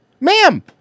ma'am